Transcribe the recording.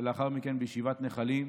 ולאחר מכן, בישיבת נחלים.